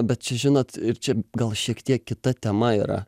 bet čia žinot ir čia gal šiek tiek kita tema yra